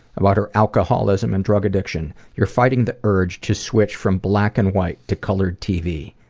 about her alcoholism and drug addiction you're fighting the urge to switch from black and white to colored tv.